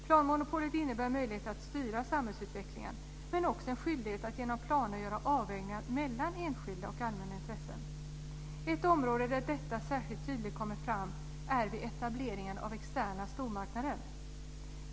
Planmonopolet innebär möjligheter att styra samhällsutvecklingen men också en skyldighet att genom planer göra avvägningar mellan enskilda och allmänna intressen. Detta framkommer särskilt tydligt vid etablering av externa stormarknader.